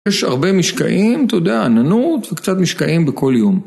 יש הרבה משקעים, אתה יודע, עננות וקצת משקעים בכל יום.